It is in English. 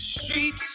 streets